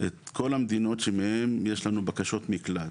את כל המדינות שמהן יש לנו בקשות מקלט,